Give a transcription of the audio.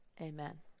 Amen